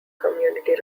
community